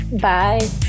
Bye